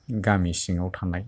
गामि सिङाव थानाय